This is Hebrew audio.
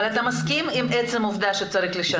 אבל אתה מסכים עם עצם העובדה שצריך לשנות.